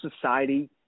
society